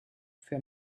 für